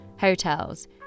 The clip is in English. hotels